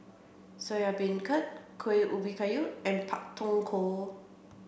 Soya Beancurd Kueh Ubi Kayu and Pak Thong Ko